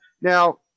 Now